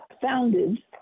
founded